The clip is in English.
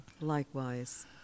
Likewise